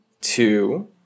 two